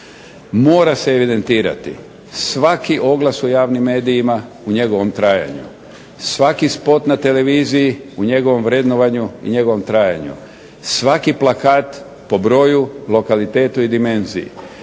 mora se evidentirati svaki oglas u javnim medijima u njegovom trajanju, svaki spot na televiziji u njegovom vrednovanju i njegovom trajanju, svaki plakat po broju, lokalitetu i dimenziji,